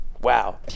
wow